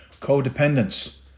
codependence